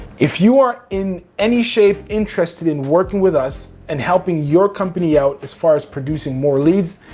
if you are in any shape interested in working with us, and helping your company out as far as producing more leads,